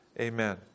amen